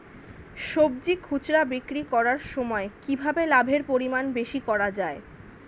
সবজি খুচরা বিক্রি করার সময় কিভাবে লাভের পরিমাণ বেশি করা যায়?